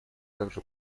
также